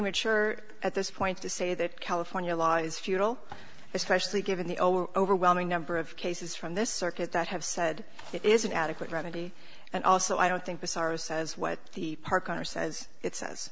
mature at this point to say that california law is futile especially given the overwhelming number of cases from this circuit that have said it is an adequate remedy and also i don't think bizzaro says what the park owner says it